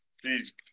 please